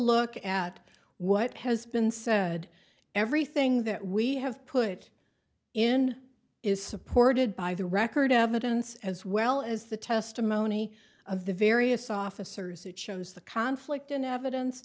look at what has been said everything that we have put in is supported by the record evidence as well as the testimony of the various officers who chose the conflict in evidence